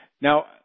Now